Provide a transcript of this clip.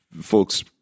folks